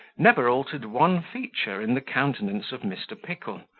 never altered one feature in the countenance of mr. pickle,